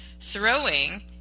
throwing